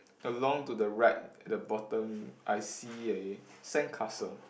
along to the right at the bottom I see a sandcastle